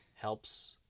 helps